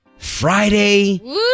Friday